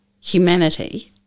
humanity